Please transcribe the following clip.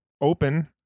open